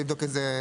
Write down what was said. זה,